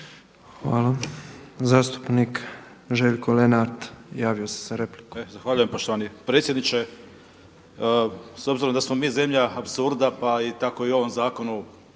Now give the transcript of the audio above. Hvala. Zastupnik Željko Lenart javio se za repliku. **Lenart, Željko (HSS)** Zahvaljujem poštovani predsjedniče. S obzirom da smo mi zemlja apsurda, pa tako i u ovom zakonu